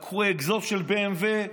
לקחו אגזוז של BMW,